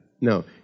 No